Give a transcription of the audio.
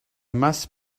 masse